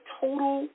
total